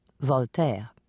Voltaire